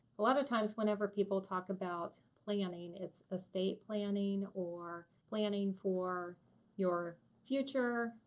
a lot of times whenever people talk about planning, it's estate planning or planning for your future,